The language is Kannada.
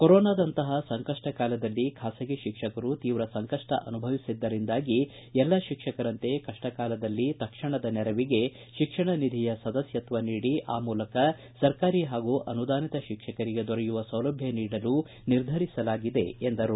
ಕೊರೋನಾದಂತಹ ಸಂಕಪ್ಪ ಕಾಲದಲ್ಲಿ ಖಾಸಗಿ ಶಿಕ್ಷಕರು ತೀವ್ರ ಸಂಕಪ್ಪ ಅನುಭವಿಸಿದ್ದರಿಂದಾಗಿ ಎಲ್ಲ ಶಿಕ್ಷಕರಂತೆ ಕಪ್ಪಕಾಲದ ತಕ್ಷಣದ ನೆರವಿಗೆ ಶಿಕ್ಷಣ ನಿಧಿಯ ಸದಸ್ಯತ್ವ ನೀಡಿ ಆ ಮೂಲಕ ಸರ್ಕಾರಿ ಹಾಗೂ ಅನುದಾನಿತ ಶಿಕ್ಷಕರಿಗೆ ದೊರೆಯುವ ಸೌಲಭ್ಯ ನೀಡಲು ನಿರ್ಧಾರಿಸಲಾಗಿದೆ ಎಂದರು